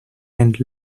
and